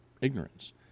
ignorance